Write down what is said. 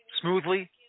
smoothly